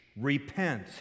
Repent